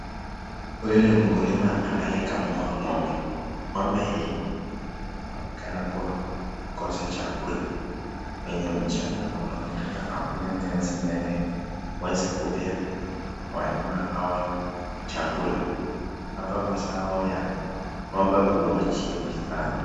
Huyu ni mkulima anayekamua ng'ombe, ng'ombe yenyewe anaonekana kuwa kosa chakula, kwenye mjanga hunaonekana hakuna nyasi inaweza kupea wanyama hawa chakula ata mazao ya ng'ombe huwa chini sana.